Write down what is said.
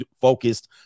focused